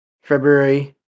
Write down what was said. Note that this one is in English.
February